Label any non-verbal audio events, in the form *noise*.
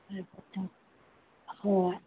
*unintelligible* ꯍꯣꯏ